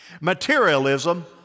Materialism